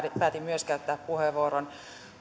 päätin myös käyttää puheenvuoron